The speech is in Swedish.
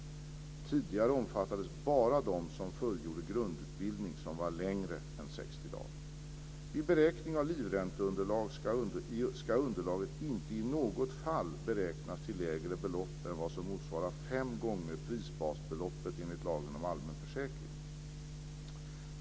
Tidigare omfattades bara de som fullgjorde grundutbildning som var längre än 60 dagar. Vid beräkning av livränteunderlag ska underlaget inte i något fall beräknas till lägre belopp än vad som motsvarar fem gånger prisbasbeloppet enligt lagen om allmän försäkring.